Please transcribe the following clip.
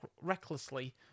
recklessly